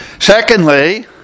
Secondly